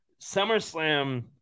SummerSlam